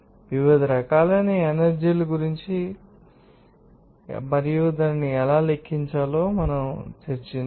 వివిధ రకాలైన ఎనర్జీ గురించి మరియు దానిని ఎలా లెక్కించవచ్చో మాట్లాడుదాం